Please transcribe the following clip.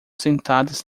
sentadas